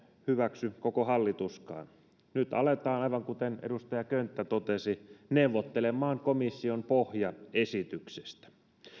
hyväksy koko hallituskaan nyt aletaan aivan kuten edustaja könttä totesi neuvottelemaan komission pohjaesityksestä